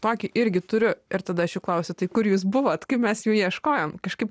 tokį irgi turiu ir tada aš jų klausiu tai kur jūs buvot kai mes jų ieškojom kažkaip